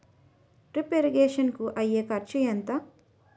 Drip irrigation కూ అయ్యే ఖర్చు ఎంత?